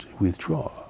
withdraw